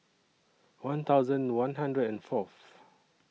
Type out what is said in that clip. one thousand one hundred and Fourth